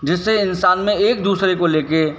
जिससे इंसान में एक दूसरे को ले के